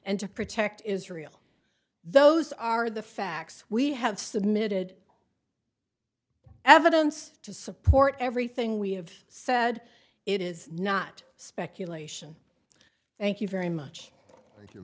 and to protect israel those are the facts we have submitted evidence to support everything we have said it is not speculation thank you very much